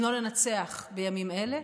אם לא ננצח בימים אלה,